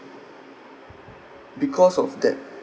because of that